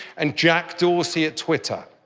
and jack dorsey at twitter,